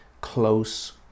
close